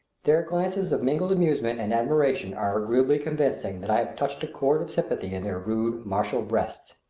their glances of mingled amusement and admiration are agreeably convincing that i have touched a chord of sympathy in their rude, martial breasts.